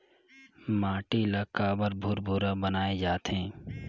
माटी ला काबर भुरभुरा बनाय जाथे?